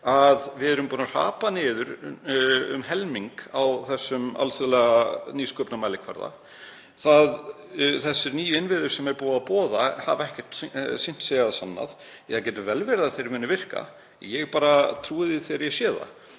að við höfum hrapað niður um helming á þessum alþjóðlega nýsköpunarmælikvarða. Þessir nýju innviðir sem er búið að boða hafa ekki sýnt sig og sannað. Það getur vel verið að þeir muni virka. Ég trúi því þegar ég sé það.